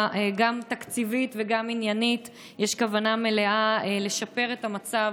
גם תקציבית וגם עניינית יש כוונה מלאה לשפר את המצב